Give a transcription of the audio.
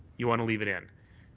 you want to leave it in?